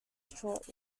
short